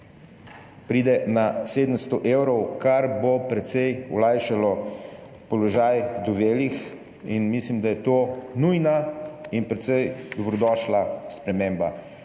pride na 700 evrov, kar bo precej olajšalo položaj ovdovelih in mislim, da je to nujna in precej dobrodošla sprememba.